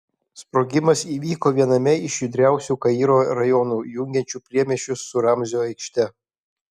sprogimas įvyko viename iš judriausių kairo rajonų jungiančių priemiesčius su ramzio aikšte